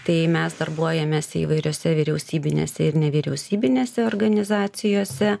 tai mes darbuojamės įvairiose vyriausybinėse ir nevyriausybinėse organizacijose